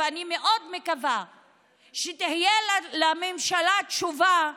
ואני מאוד מקווה שלממשלה תהיה תשובה למה,